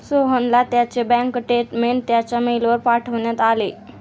सोहनला त्याचे bank statement त्याच्या मेलवर पाठवण्यात आले